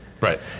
Right